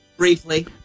Briefly